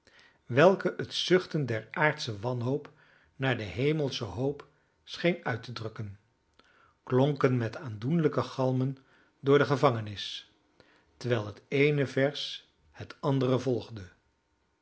welke het zuchten der aardsche wanhoop naar de hemelsche hoop scheen uit te drukken klonken met aandoenlijke galmen door de gevangenis terwijl het eene vers het andere volgde